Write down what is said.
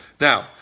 now